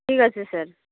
ঠিক আছে স্যার